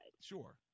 Sure